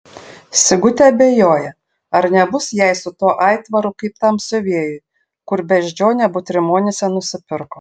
sigutė abejoja ar nebus jai su tuo aitvaru kaip tam siuvėjui kur beždžionę butrimonyse nusipirko